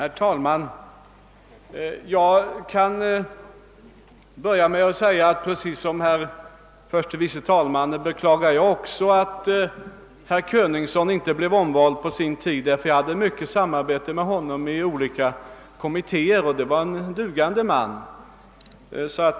Herr talman! Jag kan börja med att säga att jag precis som herr förste vice talmannen beklagar att herr Königson inte blev omvald på sin tid; jag hade mycket samarbete med honom i olika kommittéer, och det var en dugande man.